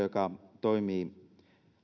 joka toimii